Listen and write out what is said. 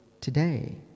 today